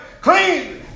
Clean